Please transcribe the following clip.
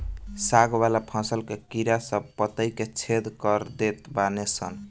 साग वाला फसल के कीड़ा सब पतइ के छेद कर देत बाने सन